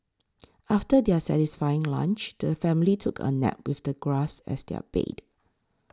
after their satisfying lunch the family took a nap with the grass as their bed